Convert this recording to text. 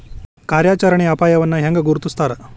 ಕಾರ್ಯಾಚರಣೆಯ ಅಪಾಯವನ್ನ ಹೆಂಗ ಗುರ್ತುಸ್ತಾರ